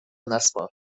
نسپار